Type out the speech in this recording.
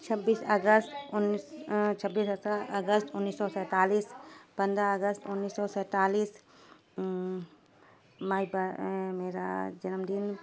چھبیس اگست انیس چھبیس سترہ اگست انیس سو سیتالیس پندرہ اگست انیس سو سیتالیس مائی میرا جنم دن